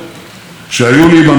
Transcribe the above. הנשיא אובמה ואני,